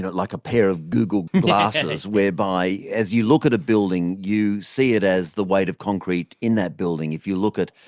like a pair of google glasses whereby as you look at a building you see it as the weight of concrete in that building, if you look at,